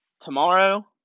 tomorrow